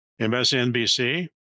MSNBC